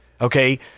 okay